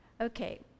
Okay